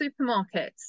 supermarkets